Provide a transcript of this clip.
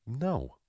No